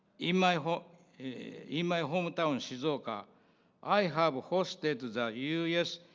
in my home in my hometown shizuka i have hosted the u u s.